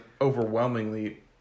overwhelmingly